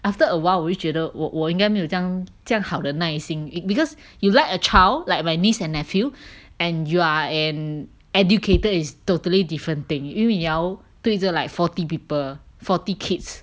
after a while 我就觉得我我应该没有这样这样好的耐心:wo jiu jue de wo wo ying gai mei you jiang zhe yang hao de nai xin it because you like a child like my niece and nephew and you are an educator is totally different thing 因为你要对着 like forty people forty kids